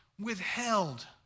withheld